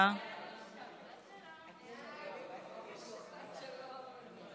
(פיצוי וסיוע בשל ביטול טיסה או שינוי